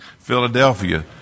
Philadelphia